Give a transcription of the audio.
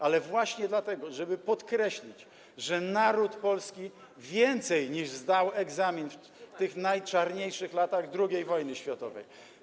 Ale właśnie dlatego żeby podkreślić, że naród polski więcej niż zdał egzamin w tych najczarniejszych latach II wojny światowej.